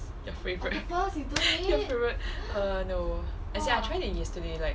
your favourite your favourite err no as in I tried it yesterday like